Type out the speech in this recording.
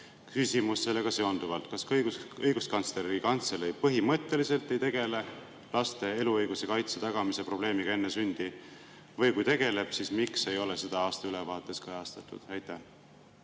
Küsimus sellega seonduvalt: kas Õiguskantsleri Kantselei põhimõtteliselt ei tegele laste eluõiguse kaitse tagamise probleemiga enne sündi? Kui tegeleb, siis miks ei ole seda aastaülevaates kajastatud? Suur